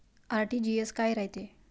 RTGS काय रायते?